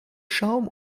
schaum